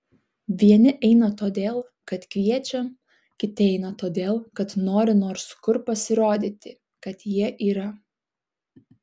vieni eina todėl kad kviečia kiti eina todėl kad nori nors kur pasirodyti kad jie yra